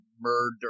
murder